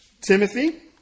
Timothy